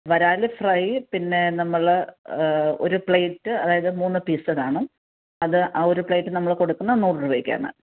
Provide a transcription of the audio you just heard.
വരാൽ ഫ്രൈ പിന്നെ നമ്മൾ ഒരു പ്ലേറ്റ് അതായത് മൂന്ന് പീസ് കാണും അത് ആ ഒരു പ്ലേറ്റ് നമ്മൾ കൊടുക്കുന്നത് നൂറ് രൂപയ്ക്ക് ആണ്